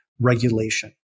regulation